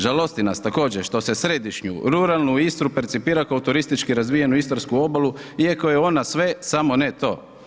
Žalosti nas također što se središnju ruralnu istru percipira kao turistički razvijenu istarsku obalu iako je ona sve samo ne to.